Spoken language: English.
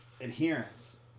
adherence